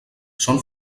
són